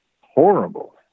horrible